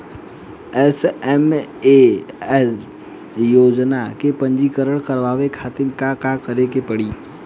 SMAM योजना में पंजीकरण करावे खातिर का का करे के पड़ी?